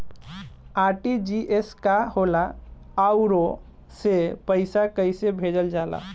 RTGS का होला आउरओ से पईसा कइसे भेजल जला?